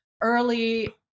early